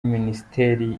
minisiteri